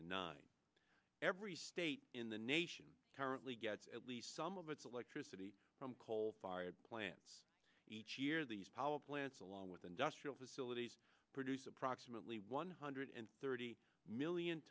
and nine every state in the nation currently gets at least some of its electricity from coal fired plants each year these power plants along with industrial facilities produce approximately one hundred thirty million